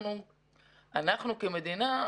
אנחנו כמדינה,